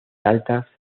altas